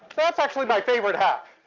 that's actually my favorite hack,